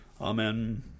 Amen